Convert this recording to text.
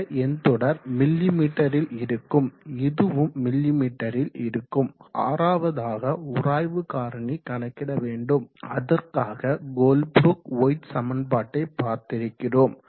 இந்த எண்தொடர் மிமீ ல் இருக்கும் இதுவும் மிமீ ல் இருக்கும் ஆறாவதாக உராய்வு காரணி கணக்கிட வேண்டும் அதற்காக கோல்ப்ரூக் ஒயிட் சமன்பாட்டை பார்த்திருக்கிறோம்